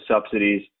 subsidies